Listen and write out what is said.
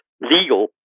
legal